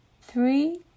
three